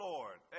Lord